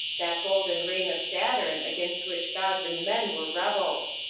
that golden reign of saturn against which gods and men were rebels.